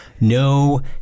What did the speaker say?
No